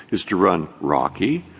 is to run rocky,